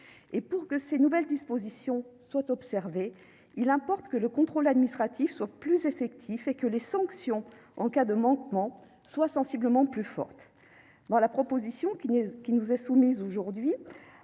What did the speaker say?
Pour que ces nouvelles dispositions soient observées, il importe que le contrôle administratif soit plus effectif et que les sanctions en cas de manquement soient sensiblement plus fortes. Dans le texte que nous examinons,